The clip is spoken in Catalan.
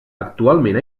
actualment